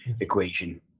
equation